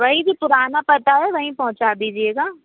वही जो पुराना पता है वहीं पहुंचा दीजिएगा